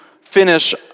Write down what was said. finish